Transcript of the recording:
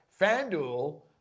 FanDuel